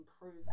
improve